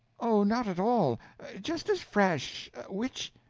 oh, not at all just as fresh which?